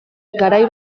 garai